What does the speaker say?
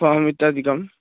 form इत्यादिकम्